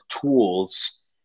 tools